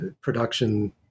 production